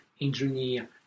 engineer